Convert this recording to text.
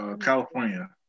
California